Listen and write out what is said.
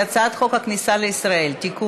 ההצעה להעביר את הצעת חוק הצעת חוק הכניסה לישראל (תיקון,